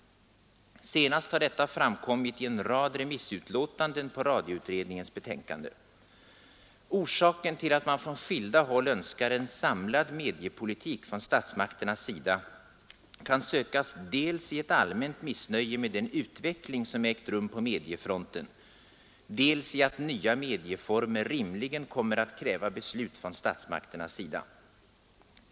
Senast har detta framkommit i en rad remissutlåtanden på radioutredningens betänkande. Orsaken till att man från skilda håll önskar en ”samlad mediepolitik” från statsmakternas sida kan sökas dels i ett allmänt missnöje med den utveckling som ägt rum på mediefronten dels i att nya medieformer rimligen kommer att kräva beslut från statsmakternas sida.